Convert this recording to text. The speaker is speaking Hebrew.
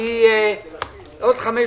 הישיבה נעולה.